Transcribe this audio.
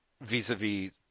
vis-a-vis